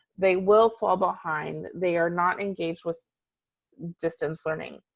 they will fall behind, they are not engaged with distance learning.